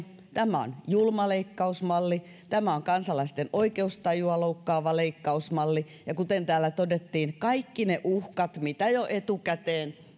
tämä on julma leikkausmalli tämä on kansalaisten oikeustajua loukkaava leikkausmalli ja kuten täällä todettiin kaikki ne uhkat mitä jo etukäteen